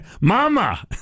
Mama